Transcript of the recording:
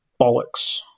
Bollocks